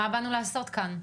מה באנו לעשות כאן?